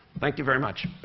thank you very much.